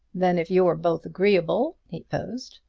then, if you're both agreeable, he proposed,